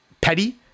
petty